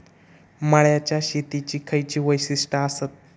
मळ्याच्या शेतीची खयची वैशिष्ठ आसत?